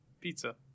Pizza